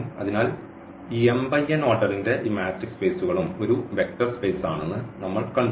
അതിനാൽ ഈ m × n ഓർഡറിന്റെ ഈ മാട്രിക്സ് സ്പെയ്സുകളും ഒരു വെക്റ്റർ സ്പേസ് ആണെന്ന് നമ്മൾകണ്ടു